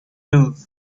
lose